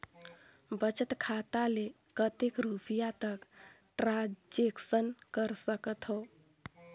बचत खाता ले कतेक रुपिया तक ट्रांजेक्शन कर सकथव?